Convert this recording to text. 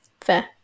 fair